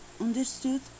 understood